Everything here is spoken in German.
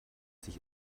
sich